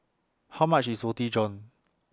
How much IS Roti John